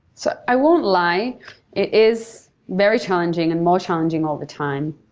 so i won't lie. it is very challenging and more challenging all the time,